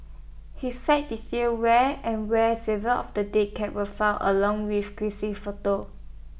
his site details where and where several of the dead cats were found along with grisly photos